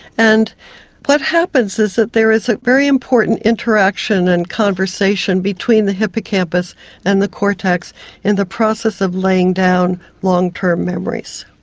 and what happens is that there is a very important interaction and conversation between the hippocampus and the cortex in the process of laying down long-term memories.